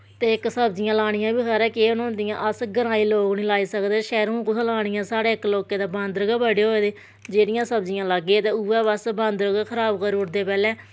ते इक सब्जियां लानियां बी खबरै केह् न हून अस ग्राईं लोग निं लाई सकदे शैह्रु ऐं कुत्थें लानियां साढ़ै इक लोकैं दै बांदर गै बड़े होए दे जेह्ड़ियां सब्जियां लाह्गे ते उऐ बस बांदर गै खराब करी ओड़दे पैह्लैं